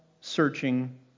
searching